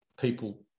people